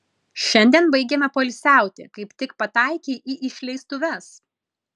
šiandien baigiame poilsiauti kaip tik pataikei į išleistuves